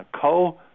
co